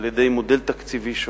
על-ידי מודל תקציבי שונה,